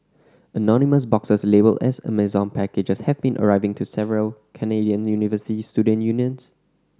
anonymous boxes labelled as Amazon packages have been arriving to several Canadian university student unions